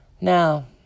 Now